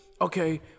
okay